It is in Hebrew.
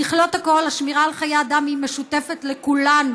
ככלות הכול, השמירה על חיי אדם היא משותפת לכולנו,